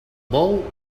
bou